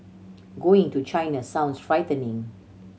going to China sounds frightening